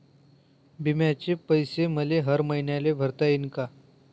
बिम्याचे पैसे मले हर मईन्याले भरता येईन का?